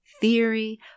theory